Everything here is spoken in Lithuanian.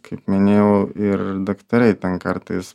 kaip minėjau ir daktarai ten kartais